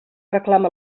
reclam